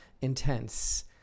intense